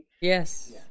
Yes